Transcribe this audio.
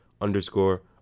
underscore